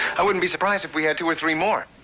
i wouldn't be surprised if we had two or three more.